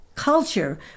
culture